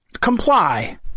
comply